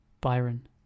Byron